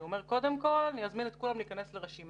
הוא אומר: קודם כול, אזמין את כולם להיכנס לרשימה,